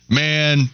man